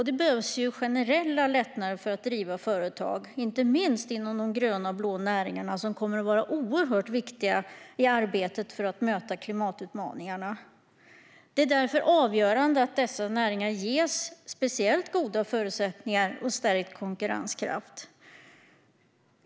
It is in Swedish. Det behövs generella lättnader för att driva företag, inte minst inom de gröna och blå näringarna, som kommer att vara oerhört viktiga i arbetet med att möta klimatutmaningarna. Det är därför avgörande att dessa näringar ges speciellt goda förutsättningar och stärkt konkurrenskraft.